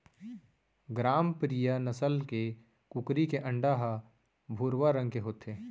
ग्रामप्रिया नसल के कुकरी के अंडा ह भुरवा रंग के होथे